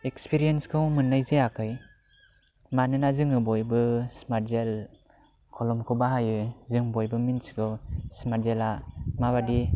एक्सपिरियेन्सखौ मोननाय जायाखै मानोना जोङो बयबो स्मार्ट जेल खलमखौ बाहायो जों बयबो मिन्थिगौ स्मार्ट जेलआ माबादि